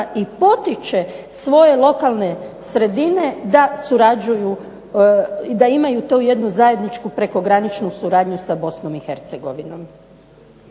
i potiče svoje lokalne sredine da surađuju i da imaju tu jednu zajedničku prekograničnu suradnju sa Bosnom i Hercegovinom.